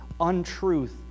untruth